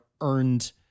earned